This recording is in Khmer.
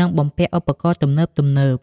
និងបំពាក់ឧបករណ៍ទំនើបៗ។